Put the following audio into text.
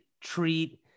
treat